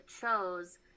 chose